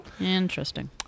Interesting